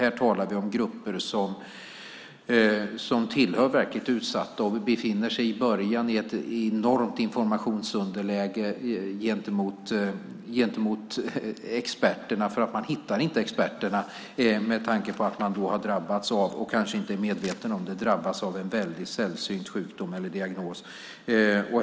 Här talar vi om verkligen utsatta grupper som i början befinner sig i ett enormt informationsunderläge gentemot experterna. Man hittar inte experterna eftersom man kanske inte är medveten om att man har drabbats av en sällsynt sjukdom eller diagnos.